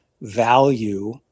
value